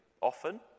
often